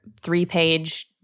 three-page